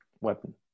weapon